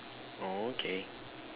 oh okay